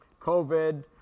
COVID